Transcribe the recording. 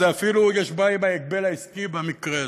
אפילו יש בעיה עם ההגבל העסקי במקרה הזה,